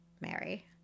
Mary